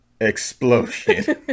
explosion